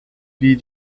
wie